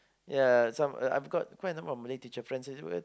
ya some uh I've got quite a number of Malay teacher friends and they were